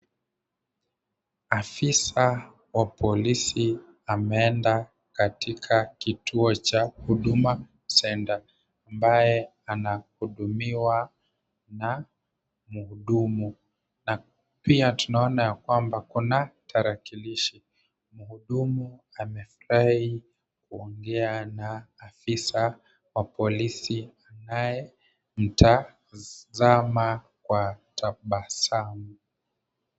Afisa wa polisi ameenda katika kituo cha Huduma Center ambaye anahudumiwa na mhudumu na pia tunaona ya kwamba kuna tarakilishi. Mhudumu amefurahi kuongea na afisa wa polisi anayemtazama kwa tabasamu.